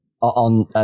on –